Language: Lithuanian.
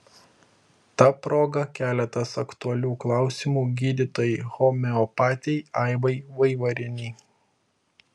ta proga keletas aktualių klausimų gydytojai homeopatei aivai vaivarienei